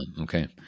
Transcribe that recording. okay